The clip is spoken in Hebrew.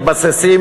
מתבססים,